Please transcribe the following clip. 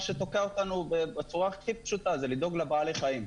מה שתוקע אותנו בצורה הכי פשוטה זה לדאוג לבעלי החיים.